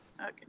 okay